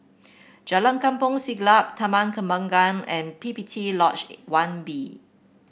Jalan Kampong Siglap Taman Kembangan and P P T Lodge One B